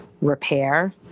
repair